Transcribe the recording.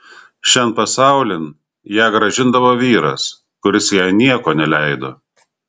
šian pasaulin ją grąžindavo vyras kuris jai nieko neleido